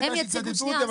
אין לי בעיה שיצטטו אותי,